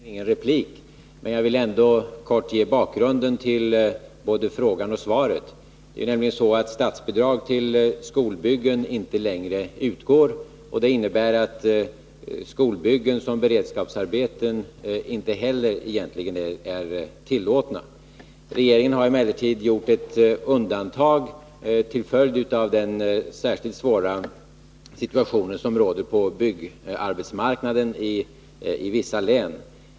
Herr talman! Eftersom Frida Berglund och jag är överens behövs egentligen ingen replik, men jag vill ändå kort ge bakgrunden till både frågan och svaret. Det är nämligen så att statsbidrag till skolbyggen inte längre utgår, och det innebär att skolbyggen som beredskapsarbeten egentligen inte heller är tillåtna. Regeringen har emellertid gjort ett undantag till följd av den särskilt svåra situation som råder på byggarbetsmarknaden i vissa län.